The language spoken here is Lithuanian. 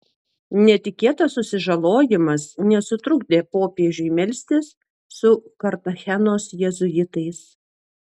netikėtas susižalojimas nesutrukdė popiežiui melstis su kartachenos jėzuitais